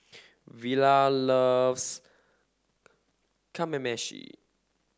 Velia loves Kamameshi